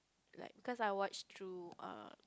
like cause I watch through err